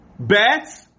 Bats